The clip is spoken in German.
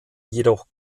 jedoch